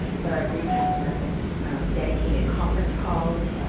but our group had eleven dedicated conference calls,